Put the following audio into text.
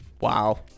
Wow